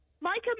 Michael